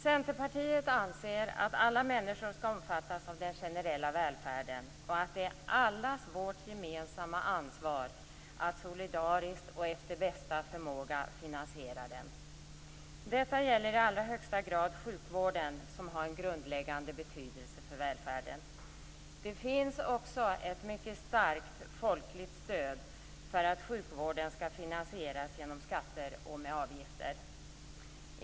Centerpartiet anser att alla människor skall omfattas av den generella välfärden och att det är allas vårt gemensamma ansvar att solidariskt och efter bästa förmåga finansiera den. Detta gäller i allra högsta grad sjukvården, som har en grundläggande betydelse för välfärden. Det finns också ett mycket starkt folkligt stöd för att sjukvården skall finansieras genom skatter och med avgifter.